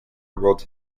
ruled